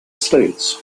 states